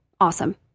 awesome